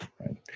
right